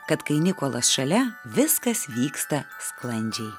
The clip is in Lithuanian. kad kai nikolas šalia viskas vyksta sklandžiai